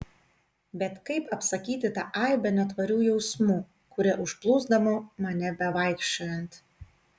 bet kaip apsakyti tą aibę netvarių jausmų kurie užplūsdavo mane bevaikščiojant